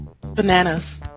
Bananas